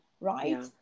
right